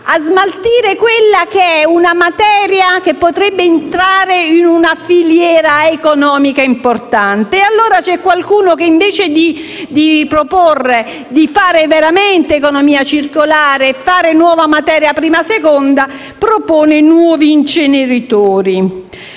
a smaltire una materia che potrebbe entrare in una filiera economica importante. C'è qualcuno che, invece di proporre di fare veramente economia circolare e di fare nuova materia prima-seconda, propone nuovi inceneritori.